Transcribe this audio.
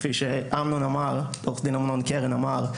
כפי שעורך דין אמנון קרן אמר,